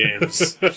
games